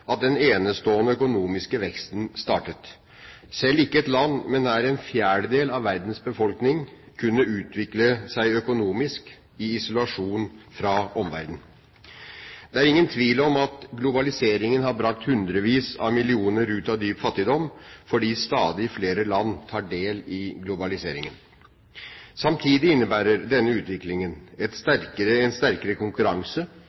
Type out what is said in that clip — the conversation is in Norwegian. at den enestående økonomiske veksten startet. Selv ikke et land med nær en fjerdedel av verdens befolkning kunne utvikle seg økonomisk i isolasjon fra omverdenen. Det er ingen tvil om at globaliseringen har brakt hundrevis av millioner ut av dyp fattigdom fordi stadig flere land tar del i verdenshandelen. Samtidig innebærer denne utviklingen en sterkere konkurranse, flytting av produksjon og et